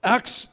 Acts